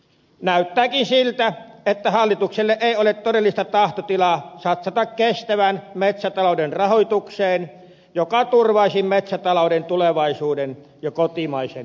näyttääkin siltä että hallituksella ei ole todellista tahtotilaa satsata kestävän metsätalouden rahoitukseen joka turvaisi metsätalouden tulevaisuuden ja kotimaisen puun saannin